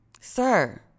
Sir